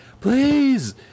please